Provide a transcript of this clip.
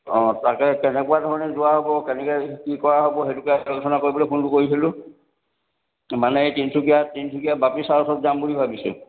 অ' তাকে কেনেকুৱা ধৰণে যোৱা হ'ব কেনেকৈ কি কৰা হ'ব সেইটোকে আলোচনা কৰিবলৈ ফোনটো কৰিছিলোঁ মানে এই তিনিচুকীয়াত তিনিচুকীয়া বাপী ছাৰৰ ওচৰত যাম বুলি ভাবিছোঁ